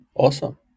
Awesome